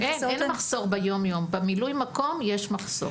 אין, אין מחסור ביומיום, במילוי מקום יש מחסור.